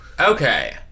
Okay